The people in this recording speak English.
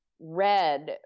red